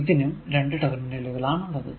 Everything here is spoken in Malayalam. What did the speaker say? ഇതിനും രണ്ടു ടെർമിനലുകൾ ആണുള്ളത്